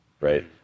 right